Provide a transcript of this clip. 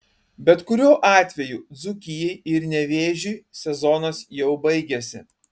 bet kuriuo atveju dzūkijai ir nevėžiui sezonas jau baigėsi